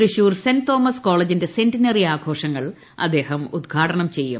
Thrissur saint Thomas കോളേജിന്റെ സെന്റിന്റി ആഘോഷങ്ങൾ അദ്ദേഹം ഉദ്ഘാടനം ചെയ്യും